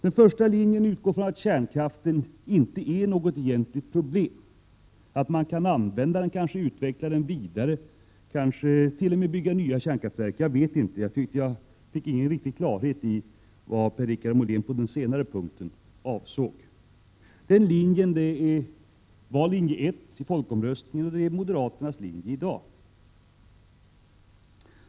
Den första linjen utgår från att kärnkraften inte är något egentligt problem, att man kan använda den och kanske utveckla den vidare, måhända t.o.m. bygga nya kärnkraftverk. Jag vet inte hur det egentligen ligger till på den punkten, för jag tycker inte jag fick någon riktig klarhet i vad Per-Richard Molén avsåg. Den linjen var Linje 1:s i folkomröstningen och är moderaternas linje i dag.